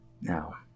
Now